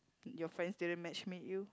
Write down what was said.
your friends didn't matchmade you